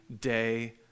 day